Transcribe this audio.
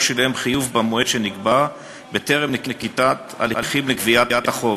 שילם חיוב במועד שנקבע בטרם נקיטת הליכים לגביית החוב,